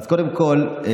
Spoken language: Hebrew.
קודם כול,